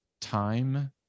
time